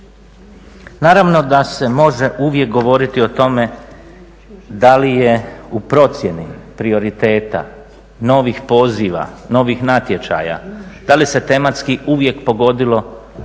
Naravno da se može uvijek govoriti o tome da li je u procjeni prioriteta novih poziva, novih natječaja, da li se tematski uvijek pogodilo ono